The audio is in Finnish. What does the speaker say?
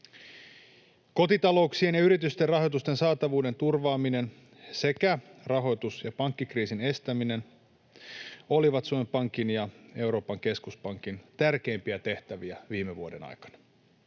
Kotitalouksien ja yritysten rahoituksen saatavuuden turvaaminen sekä rahoitus- ja pankkikriisin estäminen olivat Suomen Pankin ja Euroopan keskuspankin tärkeimpiä tehtäviä viime vuoden aikana.